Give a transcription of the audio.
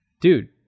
dude